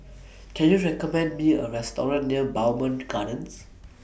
Can YOU recommend Me A Restaurant near Bowmont Gardens